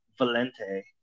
valente